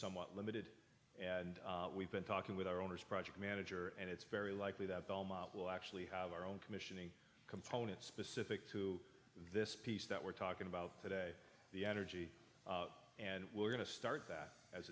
somewhat limited and we've been talking with our owners project manager and it's very likely that belmont will actually have our own commission component specific to this piece that we're talking about today the energy and we're going to start that as